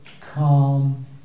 calm